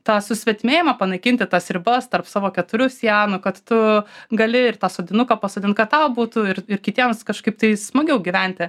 tą susvetimėjimą panaikinti tas ribas tarp savo keturių sienų kad tu gali ir tą sodinuką pasodint kad tau būtų ir ir kitiems kažkaip tai smagiau gyventi